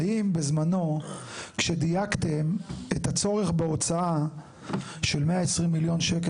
האם בזמנו כשדייקתם את הצורך בהוצאה של 120 מיליון שקלים